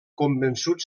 convençut